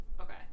okay